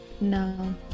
no